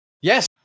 Yes